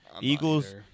Eagles